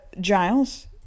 Giles